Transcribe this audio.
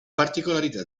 particolarità